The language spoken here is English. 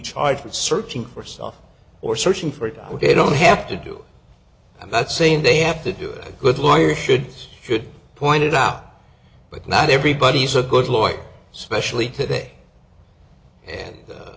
charged for searching for stuff or searching for it i would say don't have to do i'm not saying they have to do a good lawyer should should point it out but not everybody's a good lawyer specially today and